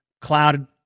cloud